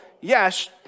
yes